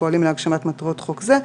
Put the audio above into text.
הפועלים להגשמת מטרות חוק זה,